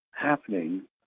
happening